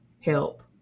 help